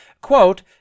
Quote